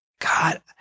God